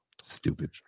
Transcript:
Stupid